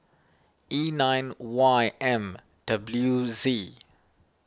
E nine Y M W Z